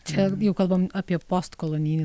čia jau kalbam apie postkolonijinį